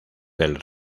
del